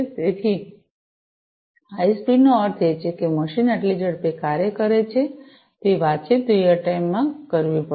તેથી હાઇ સ્પીડનો અર્થ એ છે કે મશીન આટલી ઝડપે કાર્ય કરે છે તે વાતચીત રીઅલ ટાઇમમાં કરવી પડશે